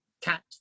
cat